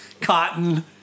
cotton